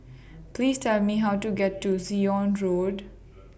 Please Tell Me How to get to Zion Road